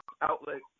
outlet